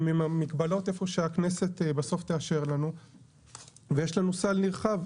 עם מגבלות איפה שהכנסת בסוף תאשר לנו ויש לנו סל נרחב.